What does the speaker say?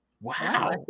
wow